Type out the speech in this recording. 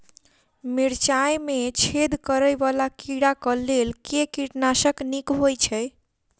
मिर्चाय मे छेद करै वला कीड़ा कऽ लेल केँ कीटनाशक नीक होइ छै?